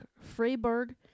Freiburg